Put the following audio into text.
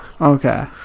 Okay